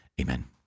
Amen